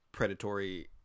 predatory